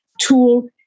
tool